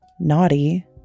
naughty